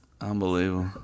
unbelievable